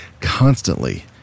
constantly